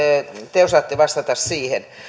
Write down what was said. te osaatte vastata siihen